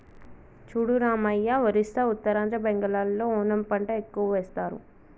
చూడు రామయ్య ఒరిస్సా ఉత్తరాంధ్ర బెంగాల్లో ఓనము పంట ఎక్కువ వేస్తారు